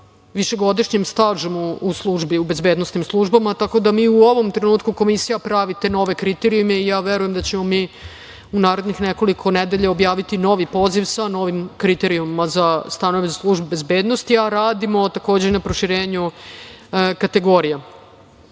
višegodišnjim stažom u bezbednosnim službama. Tako da mi u ovom trenutku komisija pravi te nove kriterijume i ja verujem da ćemo mi u narednih nekoliko nedelja objaviti novi poziv sa novim kriterijumima za stanove za službe bezbednosti. Radimo takođe na proširenju kategorija. Želim